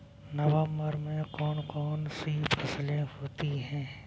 नवंबर में कौन कौन सी फसलें होती हैं?